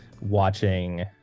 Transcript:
watching